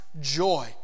joy